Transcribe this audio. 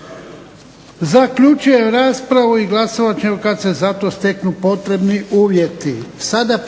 Zaključujem raspravu. Glasovat ćemo kada se za to steknu potrebni uvjeti.